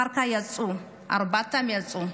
ואחר כך ארבעתם יצאו.